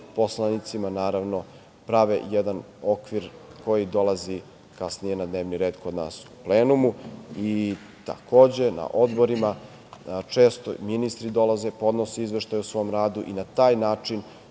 poslanicima prave jedan okvir koji dolazi kasnije na dnevni red kod nas u plenumu. Takođe na odborima često ministri dolaze podnose izveštaje o svom radu i na taj način